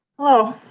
hello,